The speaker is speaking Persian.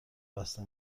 بسته